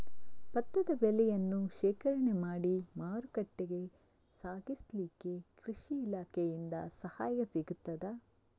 ಭತ್ತದ ಬೆಳೆಯನ್ನು ಶೇಖರಣೆ ಮಾಡಿ ಮಾರುಕಟ್ಟೆಗೆ ಸಾಗಿಸಲಿಕ್ಕೆ ಕೃಷಿ ಇಲಾಖೆಯಿಂದ ಸಹಾಯ ಸಿಗುತ್ತದಾ?